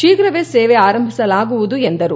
ಶೀಘ್ರವೇ ಸೇವೆ ಆರಂಭಿಸಲಾಗುವುದು ಎಂದರು